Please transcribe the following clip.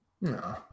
No